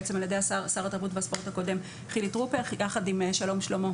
בעצם על ידי שר התרבות והספורט הקודם חילי טרופר יחד עם שלום שלמה,